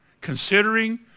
considering